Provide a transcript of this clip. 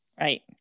Right